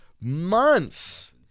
months